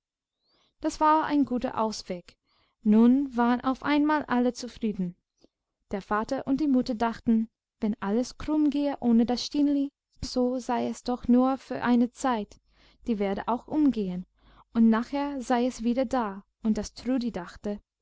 das war ein guter ausweg nun waren auf einmal alle zufrieden der vater und die mutter dachten wenn alles krumm gehe ohne das stineli so sei es doch nur für eine zeit die werde auch umgehen und nachher sei es wieder da und das trudi dachte